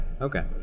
okay